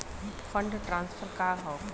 Fund transfer का हव?